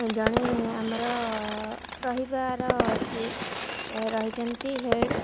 ଜଣେ ଆମର ରହିବାର ଅଛି ରହିଛନ୍ତି ହେଡ଼୍